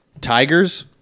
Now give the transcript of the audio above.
Tigers